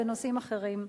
בנושאים אחרים.